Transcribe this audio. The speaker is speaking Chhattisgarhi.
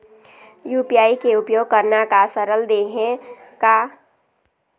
यू.पी.आई के उपयोग करना का सरल देहें का?